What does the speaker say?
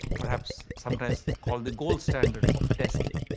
perhaps sometimes, called the gold standard of testing.